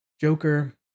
Joker